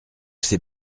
c’est